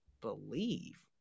believe